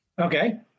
okay